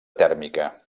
tèrmica